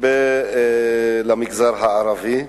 למען המגזר הערבי.